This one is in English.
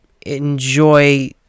enjoy